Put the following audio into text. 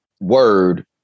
word